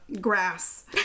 grass